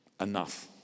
enough